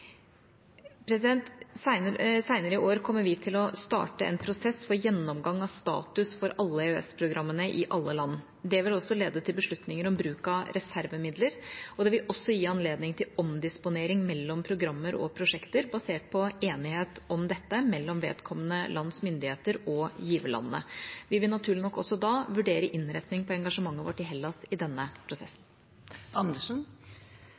Seinere i år kommer vi til å starte en prosess for gjennomgang av status for alle EØS-programmene i alle land. Det vil også lede til beslutninger om bruk av reservemidler, og det vil gi anledning til omdisponering mellom programmer og prosjekter basert på enighet om dette mellom vedkommende lands myndigheter og giverlandene. Vi vil naturlig nok også da vurdere innretning på engasjementet vårt i Hellas i denne prosessen.